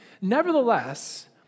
Nevertheless